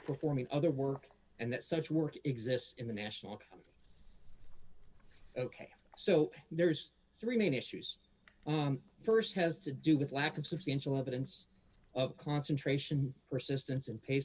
performing other work and that such work exists in the national ok so there's three main issues st has to do with lack of substantial evidence of concentration persistence and pa